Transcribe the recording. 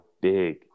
big